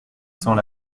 cents